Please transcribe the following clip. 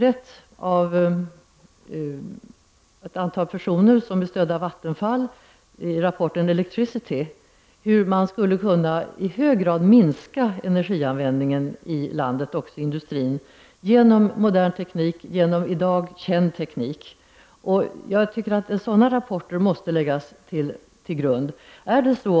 Ett antal personer har med stöd av Vattenfall gjort en utredning och i rapporten Electricity redovisat hur man skulle kunna i hög grad minska energianvändningen inom industrin och i landet i övrigt genom modern, i dag känd teknik. Jag anser att sådana rapporter måste läggas till grund för besluten.